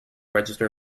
register